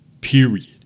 period